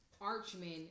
archman